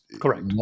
correct